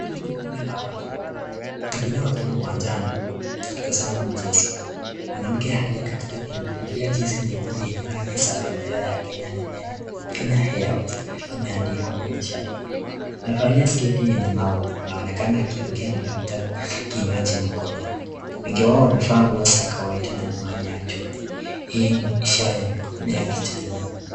Hili ni kundi la watu, wengine wakiwa uwanjani wakitazama mchezo. Mwanamke aliye katikati amevalia jezi nyekundu yenye rangi za bendera ya Kenya na neno Kenya Airways imeandikwa kwenye shati hilo. Amevalia sketi yanye maua inaonekana akiongea na labda kinywaji mkononi. Wengi wao wamevaa nguo za kawaida na miwani ya jua. Hii ni ishara ya kijani